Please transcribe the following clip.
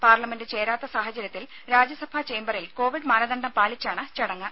parliament ചേരാത്ത സാഹചര്യത്തിൽ രാജ്യസഭാ ചേംബറിൽ കോവിഡ് മാനദണ്ഡം പാലിച്ചാണ് ചടങ്ങ്